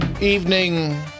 evening